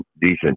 decent